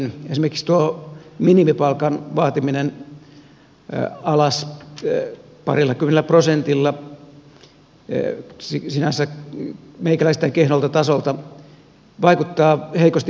esimerkiksi tuo minimipalkan vaatiminen alas parilla kymmenellä prosentilla sinänsä meikäläisittäin kehnolta tasolta vaikuttaa heikosti perustellulta